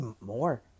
more